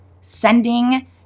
sending